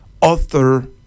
author